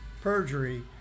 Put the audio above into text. perjury